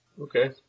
Okay